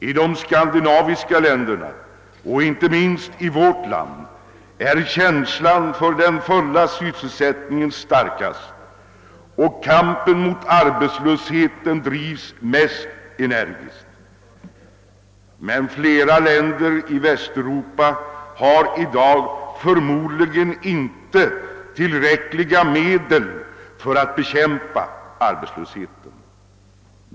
I de skandinaviska länderna och inte minst i vårt land är känslan för den fulla sysselsättningen starkast, och kampen mot arbetslösheten drivs mest energiskt. Men flera länder i Västeuropa har i dag förmodligen inte tillräckliga medel för att bekämpa arbetslösheten.